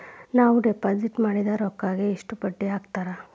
ನಾವು ಡಿಪಾಸಿಟ್ ಮಾಡಿದ ರೊಕ್ಕಿಗೆ ಎಷ್ಟು ಬಡ್ಡಿ ಹಾಕ್ತಾರಾ?